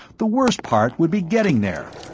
the worst part would be getting there.